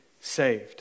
saved